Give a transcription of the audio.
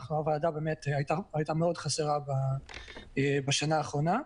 הוועדה הייתה חסרה מאוד בשנה האחרונה.